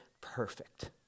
perfect